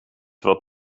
wat